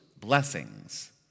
blessings